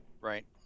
right